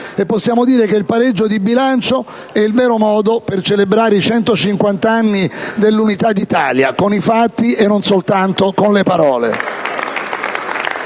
Possiamo dire che il pareggio di bilancio è il vero modo per celebrare i 150 anni dell'Unità d'Italia con i fatti e non soltanto con le parole.